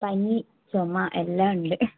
പനി ചുമ എല്ലാമുണ്ട്